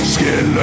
Skin